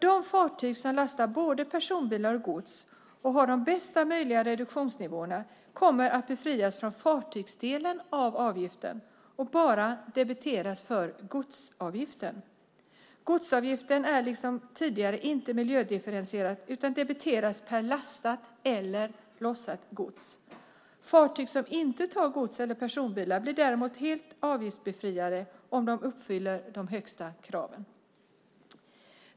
De fartyg som lastar både personbilar och gods och har de bästa möjliga reduktionsnivåerna kommer att befrias från fartygsdelen av avgiften och bara debiteras för godsavgiften. Godsavgiften är liksom tidigare inte miljödifferentierad utan debiteras per lastat eller lossat gods. Fartyg som inte tar gods eller personbilar blir däremot helt avgiftsbefriade om de uppfyller de högsta kraven.